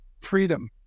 freedom